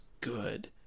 good